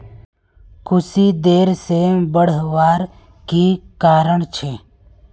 कुशी देर से बढ़वार की कारण छे?